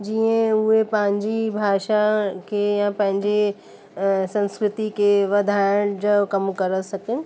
जीअं उहे पंहिंजी भाषा खे या पंहिंजे पंहिंजे संस्कृति खे वधाइण जो कमु करे सघनि